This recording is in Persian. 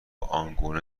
آنگونه